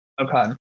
Okay